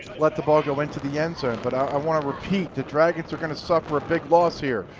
let the ball go into the end zone. but i want to repeat, the dragons are going to suffer a big loss here.